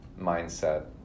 mindset